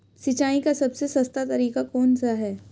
सिंचाई का सबसे सस्ता तरीका कौन सा है?